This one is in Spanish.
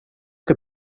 que